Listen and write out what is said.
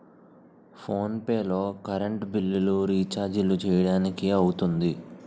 phone pay లో current బిల్లులు, రిచార్జీలు చేయడానికి అవుతుంది